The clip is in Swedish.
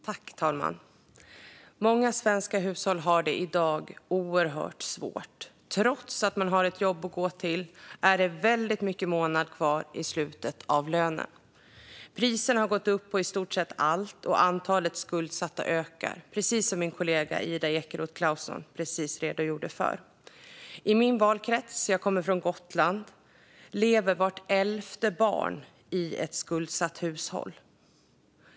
Herr talman! Många svenska hushåll har det i dag oerhört svårt. Trots att man har ett jobb att gå till är det väldigt mycket månad kvar i slutet av lönen. Priserna har gått upp på i stort sett allt, och antalet skuldsatta ökar, precis som min kollega Ida Ekeroth Clausson just redogjorde för. I min valkrets - jag kommer från Gotland - lever vart elfte barn i ett skuldsatt hushåll.